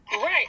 Right